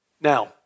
Now